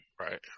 Right